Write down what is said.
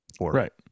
Right